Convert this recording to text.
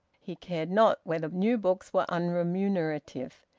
he cared not whether new books were unremunerative.